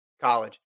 college